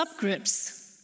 subgroups